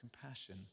compassion